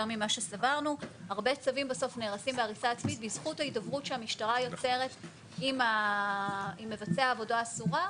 עצמית בזכות ההידברות שהמשטרה יוצרת עם מבצע העבודה האסורה,